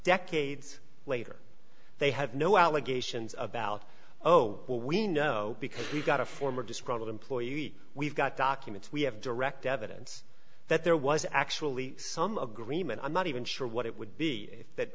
decades later they have no allegations about oh well we know because we got a former disgruntled employee we've got documents we have direct evidence that there was actually some of greenman i'm not even sure what it would be if that